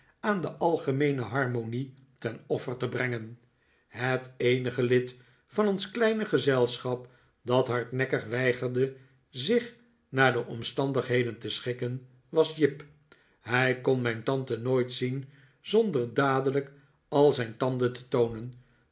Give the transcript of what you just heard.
aan de algemeene harmonie ten offer te brengen het eenige lid van ons kleine gezelschap dat hardnekkig weigerde zich naar de omstandigheden te schikken was jip hij kon mijn tante nooit zien zonder dadelijk al zijn tanden te toonen